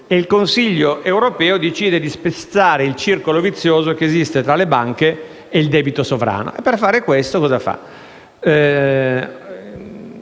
e il Consiglio europeo decide di spezzare il circolo vizioso che esiste tra le banche e il debito sovrano. Per fare questo, si